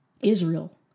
Israel